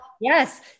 Yes